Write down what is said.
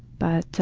but